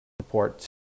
support